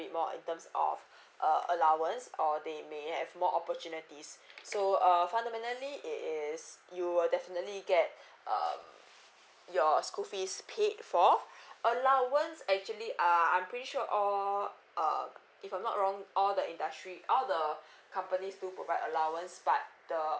bit more in terms of uh allowance or they may have more opportunities so err fundamentally it is you will definitely get um your school fees paid for allowance actually uh I'm pretty sure all uh if I'm not wrong all the industry all the companies do provide allowance but the